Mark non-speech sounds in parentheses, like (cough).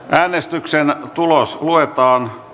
(unintelligible) äänestyksen tulos luetaan